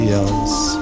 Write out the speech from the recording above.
else